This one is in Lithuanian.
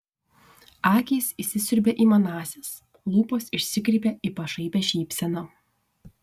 akys įsisiurbė į manąsias lūpos išsikreipė į pašaipią šypseną